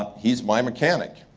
he's my mechanic.